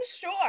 sure